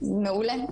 מעולה.